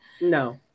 no